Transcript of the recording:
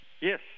Yes